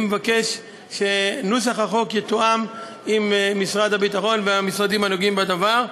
שאני מבקש שנוסח החוק יתואם עם משרד הביטחון והמשרדים הנוגעים בדבר.